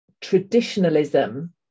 traditionalism